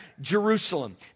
Jerusalem